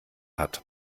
hat